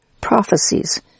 prophecies